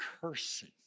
cursing